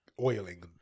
oiling